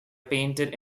painted